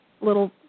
little